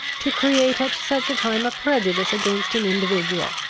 to create at such a time a prejudice against an individual,